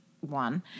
one